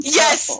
yes